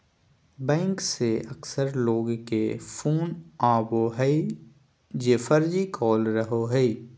bank से अक्सर लोग के फोन आवो हइ जे फर्जी कॉल रहो हइ